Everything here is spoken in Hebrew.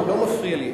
לא, הוא לא מפריע לי.